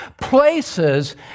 places